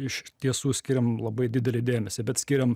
iš tiesų skiriam labai didelį dėmesį bet skiriam